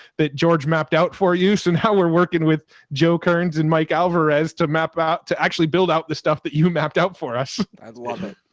that george mapped out for you? so and now we're working with joe kerns and mike alvarez to map out, to actually build out the stuff that you mapped out for us. i love it.